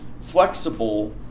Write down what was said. flexible